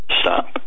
stop